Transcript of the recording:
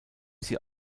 sie